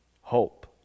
hope